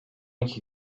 iki